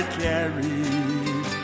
carried